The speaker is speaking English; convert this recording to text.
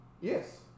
Yes